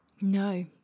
no